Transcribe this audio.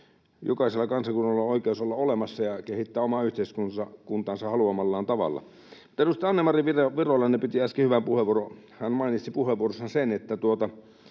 Jokaisella kansakunnalla on oikeus olla olemassa ja kehittää omaa yhteiskuntaansa haluamallaan tavalla. Edustaja Anne-Mari Virolainen piti äsken hyvän puheenvuoron. Hän mainitsi puheenvuorossaan sen, että